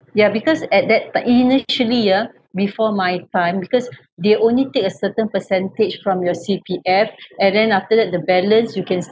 ya because at that ti~ initially ah before my time because they only take a certain percentage from your C_P_F and then after that the balance you can